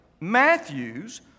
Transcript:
Matthew's